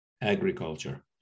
agriculture